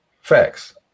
Facts